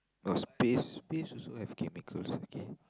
oh space space also have chemicals okay